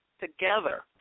together